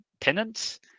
tenants